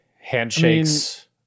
Handshakes